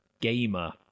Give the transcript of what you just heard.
gamer